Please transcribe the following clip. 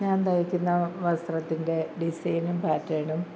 ഞാൻ തയ്ക്കുന്ന വസ്ത്രത്തിൻ്റെ ഡിസൈനും പാറ്റേണും